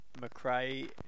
McRae